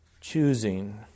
choosing